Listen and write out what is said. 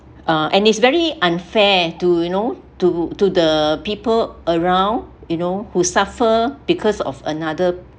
uh and it's very unfair to you know to to the people around you know who suffer because of another